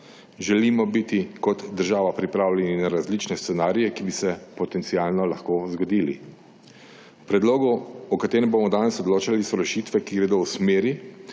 Želimo biti kot država pripravljeni na različne scenarije, ki bi se potencialno lahko zgodili. V predlogu, o katerem bomo danes odločali, so rešitve, ki gredo v smeri,